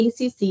ACC